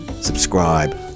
subscribe